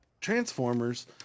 Transformers